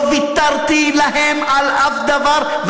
לא ויתרתי על אף דבר,